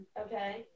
Okay